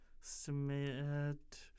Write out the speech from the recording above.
Submit